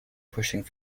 pushing